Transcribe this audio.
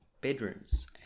bedrooms